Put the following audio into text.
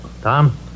tom